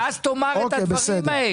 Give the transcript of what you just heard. ואז תאמר את הדברים האלה.